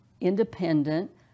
independent